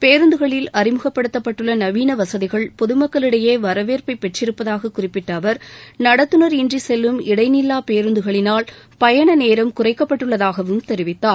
பேருந்துகளில் அறிமுகப்படுத்தப்பட்டுள்ள நவீன வசதிகள் பொது மக்களிடையே வரவேற்பை பெற்றிருப்பதாக குறிப்பிட்ட அவர் நடத்துநர் இன்றி செல்லும் இடைநில்வா பேருந்துகளினால் பயணம் நேரம் குறைக்கப்பட்டு உள்ளதாகவும் தெரிவித்தார்